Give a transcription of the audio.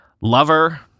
lover